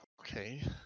Okay